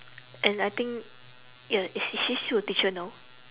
and I think ya is she she still a teacher now